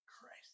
Christ